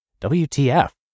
WTF